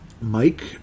Mike